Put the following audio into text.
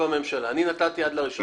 אני נתתי עד ה-1 במאי.